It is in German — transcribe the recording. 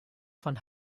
von